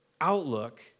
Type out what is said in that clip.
Outlook